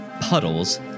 Puddles